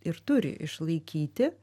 ir turi išlaikyti